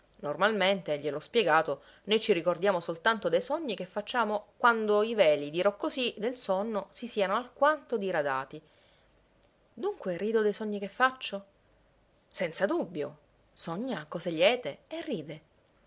profondo normalmente gliel'ho spiegato noi ci ricordiamo soltanto dei sogni che facciamo quando i veli dirò così del sonno si siano alquanto diradati dunque rido dei sogni che faccio senza dubbio sogna cose liete e ride